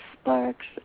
sparks